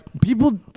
people